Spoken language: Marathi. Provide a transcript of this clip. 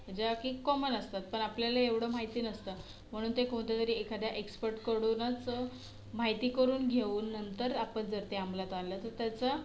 ज्या की कॉमन असतात पण आपल्याला एवढं माहिती नसतं म्हणून ते कोणत्या तरी एखाद्या एक्सपर्टकडूनच माहिती करून घेऊन नंतर आपण जर ते अमलात आणलं तर त्याचं